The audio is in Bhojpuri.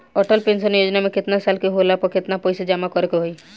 अटल पेंशन योजना मे केतना साल के होला पर केतना पईसा जमा करे के होई?